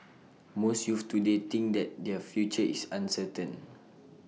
most youths today think that their future is uncertain